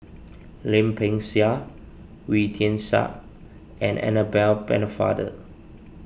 Lim Peng Siang Wee Tian Siak and Annabel Pennefather